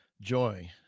Joy